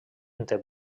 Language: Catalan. entre